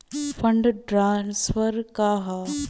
Fund transfer का हव?